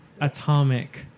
atomic